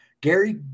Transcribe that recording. Gary